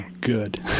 good